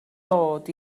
dod